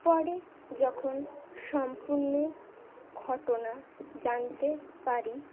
পরে যখন সম্পূর্ণ ঘটনা জানতে পারি